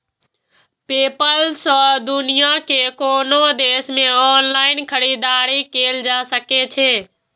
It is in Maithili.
पेपल सं दुनिया के कोनो देश मे ऑनलाइन खरीदारी कैल जा सकै छै